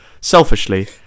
selfishly